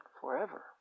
forever